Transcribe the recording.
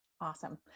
Awesome